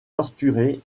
torturé